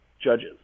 judges